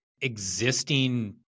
existing